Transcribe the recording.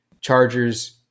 Chargers